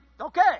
okay